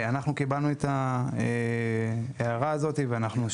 אנחנו קיבלנו את ההערה הזאת ואנחנו,